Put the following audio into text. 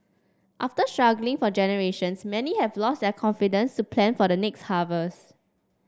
after struggling for generations many have lost their confidence to plan for the next harvest